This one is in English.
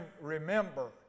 remember